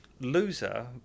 Loser